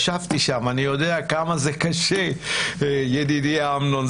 ישבתי שם, אני יודע כמה זה קשה, ידידי, אמנון.